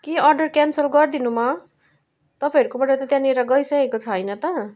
कि order cancel गरिदिनु म तपाईँहरूकोबाट त त्यहाँनिर गइसकेको छ होइन त